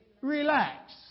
Relax